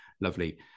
lovely